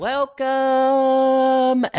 Welcome